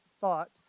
thought